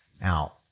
Now